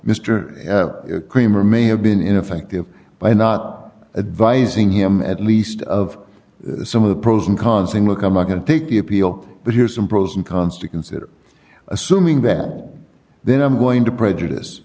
mr creamer may have been ineffective by not advising him at least of some of the pros and cons saying look i'm not going to take the appeal but here are some pros and cons to consider assuming that then i'm going to prejudice